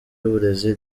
w’uburezi